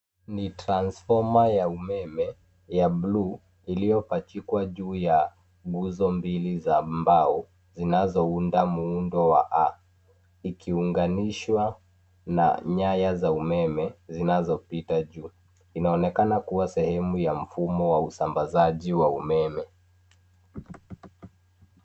Ni transfoma ya umeme ya buluu iliyopachikwa juu ya nguzo mbili za mbao zinazounda muundo wa A, ikiunganishwa na nyaya za umeme zinazopita juu. Inaonekana kuwa sehemu ya mfumo wa usambazaji wa umeme.